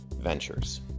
ventures